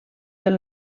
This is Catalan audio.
del